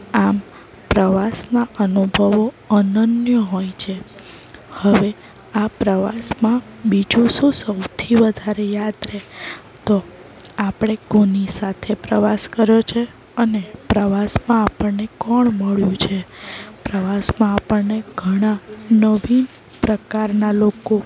આમ પ્રવાસના અનુભવો અનન્ય હોય છે હવે આ પ્રવાસમાં બીજું શું સૌથી વધારે યાદ રહે તો આપણે કોની સાથે પ્રવાસ કર્યો છે અને પ્રવાસમાં આપણને કોણ મળ્યું છે પ્રવાસમાં આપણને ઘણા નવીન પ્રકારના લોકો